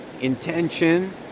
intention